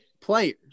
players